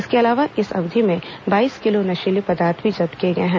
इसके अलावा इस अवधि में बाईस किलो नशीले पदार्थ भी जब्त किए गए हैं